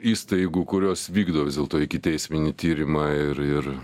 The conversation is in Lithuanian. įstaigų kurios vykdo vis dėlto ikiteisminį tyrimą ir ir